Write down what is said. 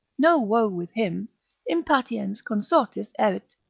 no woe with him impatiens consortis erit,